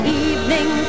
evening